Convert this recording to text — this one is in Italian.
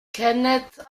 kenneth